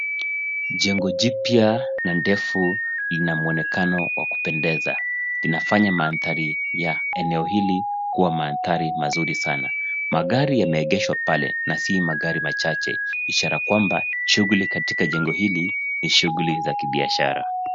Jengo jipya na ndefu lina mwonekano wa kupendeza. Linafanya mandhari ya eneo hili kuwa mandhari mazuri sana. Magari yameegeshwa pale na si magari machache, ishara kwamba shughuli katika jengo hili ni shughuli za kibiashara.